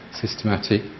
systematic